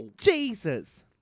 Jesus